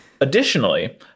Additionally